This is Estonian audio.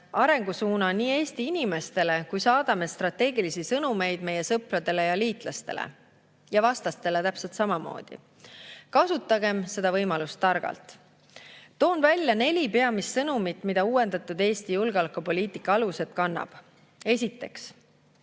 arengusuuna nii Eesti inimestele kui ka saadame strateegilisi sõnumeid meie sõpradele ja liitlastele ning vastastele täpselt samamoodi. Kasutagem seda võimalust targalt! Toon välja neli peamist sõnumit, mida uuendatud "Eesti julgeolekupoliitika alused" kannab. Esiteks,